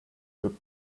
could